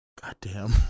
Goddamn